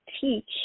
teach